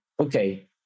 okay